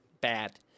bad